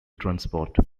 transport